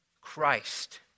Christ